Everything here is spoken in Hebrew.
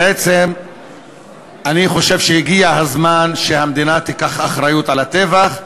בעצם אני חושב שהגיע הזמן שהמדינה תיקח אחריות על הטבח,